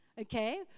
okay